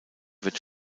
wird